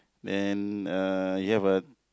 then uh here got